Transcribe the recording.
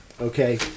Okay